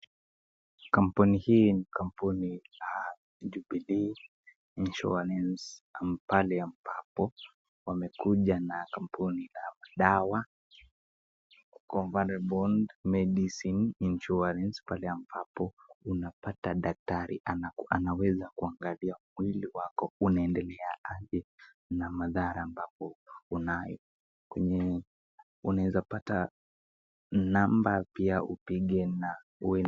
Kampuni hii ni kampuni ya Jubilee Insurance pale ambapo wamekuja na kampuni ya dawa, ya Comfortable Bond Medicine Insurance pale ambapo unapata daktari anaweza kuangalia mwili wako unaendelea aje na madhara ambapo unayo. Unaweza pata namba pia upige